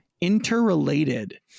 interrelated